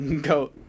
go